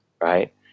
Right